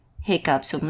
hiccups